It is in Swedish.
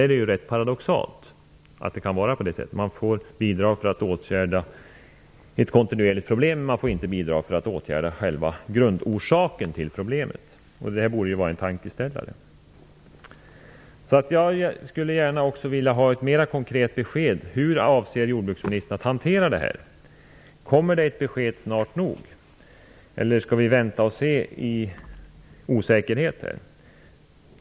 Det är rätt paradoxalt. Man får bidrag för att åtgärda ett kontinuerligt problem, men man får inte bidrag för att åtgärda själva grundorsaken till problemet. Det borde vara en tankeställare. Jag skulle gärna vilja ha ett mera konkret besked: Kommer det ett besked snart nog, eller skall vi vänta och se i osäkerhet?